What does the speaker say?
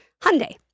Hyundai